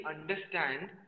understand